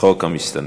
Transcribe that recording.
חוק המסתננים.